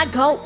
go